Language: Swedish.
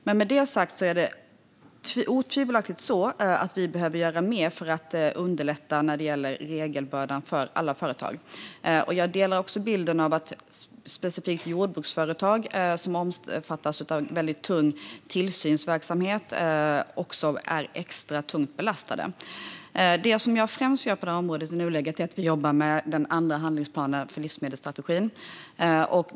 Med det sagt är det otvivelaktigt så att vi behöver göra mer för att underlätta när det gäller regelbördan för alla företag. Jag instämmer också i bilden av att specifikt jordbruksföretag som omfattas av en tillsynsverksamhet är extra tungt belastade. Det vi främst gör på området i nuläget är att jobba med den andra handlingsplanen för livsmedelsstrategin.